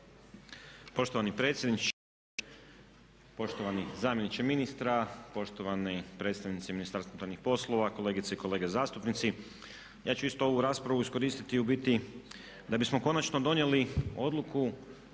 Poštovani predsjedniče, poštovani zamjeniče ministra, poštovani predstavnici Ministarstva unutarnjih poslova, kolegice i kolege zastupnici. Ja ću isto ovu raspravu iskoristiti u biti da bismo konačno donijeli odluku